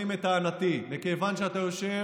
מוכיחות את טענתי, מכיוון שאתה יושב